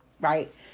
Right